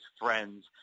friends